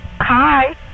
Hi